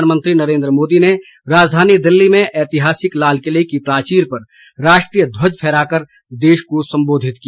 प्रधानमंत्री नरेन्द्र मोदी ने राजधानी दिल्ली में ऐतिहासिक लाल किले की प्राचीर पर राष्ट्रीय ध्वज फहराकर देश को संबोधित किया